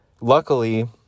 luckily